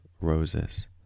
roses